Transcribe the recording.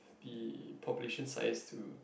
the population size to